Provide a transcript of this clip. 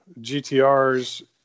GTRs